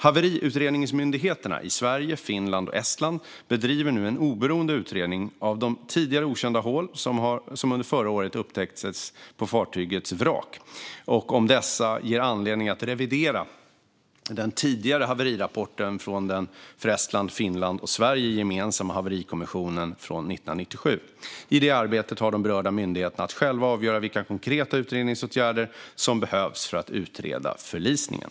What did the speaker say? Haveriutredningsmyndigheterna i Sverige, Finland och Estland bedriver nu en oberoende utredning av de tidigare okända hål som under förra året upptäcktes på fartygets vrak och om dessa ger anledning att revidera den tidigare haverirapporten från den för Estland, Finland och Sverige gemensamma haverikommissionen från 1997. I det arbetet har de berörda myndigheterna att själva avgöra vilka konkreta utredningsåtgärder som behövs för att utreda förlisningen.